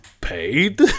paid